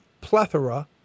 plethora